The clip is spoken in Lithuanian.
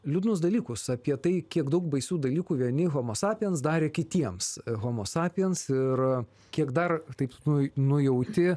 liūdnus dalykus apie tai kiek daug baisių dalykų vieni homo sapiens darė kitiems homo sapiens ir kiek dar taip nu nujauti